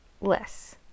less